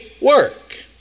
work